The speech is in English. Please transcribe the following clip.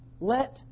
Let